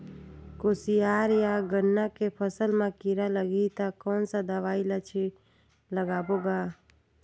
कोशियार या गन्ना के फसल मा कीरा लगही ता कौन सा दवाई ला लगाबो गा?